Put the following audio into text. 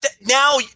now